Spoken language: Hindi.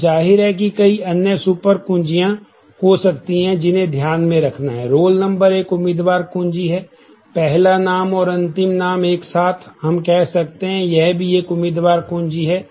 अब ज़ाहिर है कि कई अन्य सुपर कुंजियां हो सकती हैं जिन्हें ध्यान में रखना है रोल नंबर एक उम्मीदवार कुंजी है पहला नाम और अंतिम नाम एक साथ हम कह सकते हैं कि यह भी एक उम्मीदवार कुंजी है